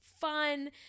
fun